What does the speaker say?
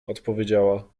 odpowiedziała